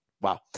Wow